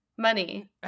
money